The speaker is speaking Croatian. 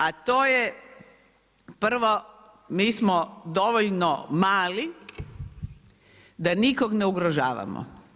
A to je prvo, mi smo dovoljno mali da nikog ne ugrožavamo.